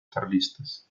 carlistas